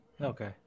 okay